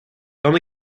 kan